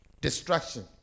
Destruction